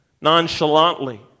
nonchalantly